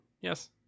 Yes